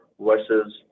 versus